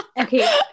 okay